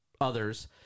others